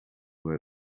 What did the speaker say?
were